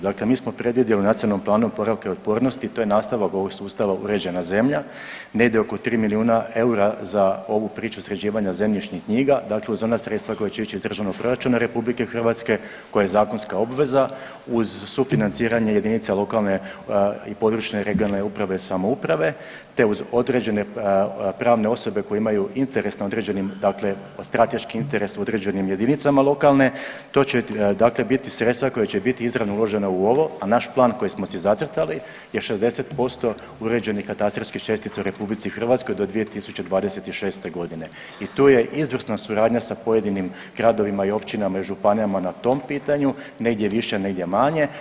Dakle mi smo predvidjeli u Nacionalnom planu oporavka i otpornosti, to je nastavak ovog sustava Uređena zemlja, negdje oko 3 milijuna eura za ovu priču sređivanja zemljišnih knjiga, dakle uz ona sredstva koja će ići iz državnog proračuna RH koja je zakonska obveza uz sufinanciranje jedinice lokalne i područne (regionalne) uprave i samouprave te uz određene pravne osobe koje imaju interes na određenim dakle, strateški interes u određenim jedinicama lokalne, to će dakle biti sredstva koja će biti izravno uložena u ovo, a naš plan koji smo si zacrtali je 60% uređenih katastarskih čestica u RH do 2026. g. i tu je izvrsna suradnja sa pojedinim gradovima, općinama i županijama na tom pitanju, negdje više negdje manje.